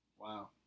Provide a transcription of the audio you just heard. Wow